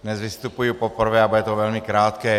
Dnes vystupuji poprvé a bude to velmi krátké.